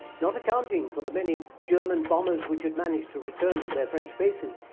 not accounting for the many german bombers which had managed to return to their french bases,